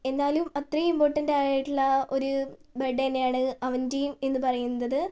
എന്നാലും അത്രയും ഇമ്പോർട്ടൻ്റായിട്ടുള്ള ഒരു ബർത്ത്ഡേ തന്നെയാണ് അവൻ്റെയും എന്നു പറയുന്നത്